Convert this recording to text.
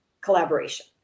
collaboration